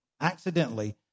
Accidentally